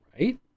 right